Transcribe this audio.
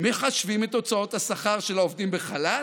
מחשבים את הוצאות השכר של העובדים בחל"ת?